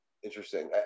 Interesting